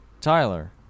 Tyler